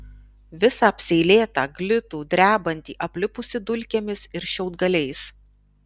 visą apseilėtą glitų drebantį aplipusį dulkėmis ir šiaudgaliais